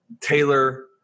Taylor